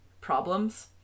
problems